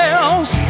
else